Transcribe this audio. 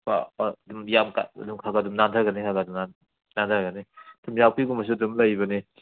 ꯈꯒ ꯑꯗꯨꯝ ꯅꯥꯟꯊꯒꯅꯦ ꯍꯥꯏꯕ ꯅꯥꯟꯊꯒꯅꯤ ꯊꯨꯝꯌꯥꯛꯄꯤꯒꯨꯝꯕꯁꯨ ꯑꯗꯨꯝ ꯂꯩꯕꯅꯤ